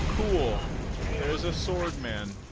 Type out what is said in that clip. cool there's a sword man